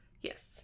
Yes